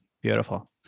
Beautiful